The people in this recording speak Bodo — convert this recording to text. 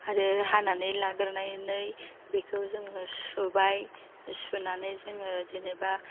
आरो हानानै लाग्रोनानै बेखौ जोंनो सुबाय सुनानै जोङो जेन'बा